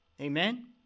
Amen